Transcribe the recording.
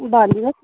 भनिदिनुहोस् न